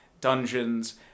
dungeons